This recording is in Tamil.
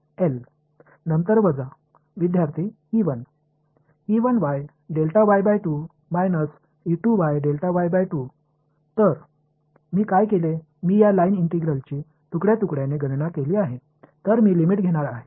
எனவே நான் என்ன செய்தேன் என்றாள் இந்த லைன் இன்டெக்ரால் பகுதியை நான் துண்டு ஆக கணக்கிட்டுள்ளேன்